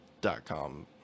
dot-com